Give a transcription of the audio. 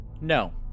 No